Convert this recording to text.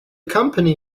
company